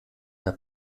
der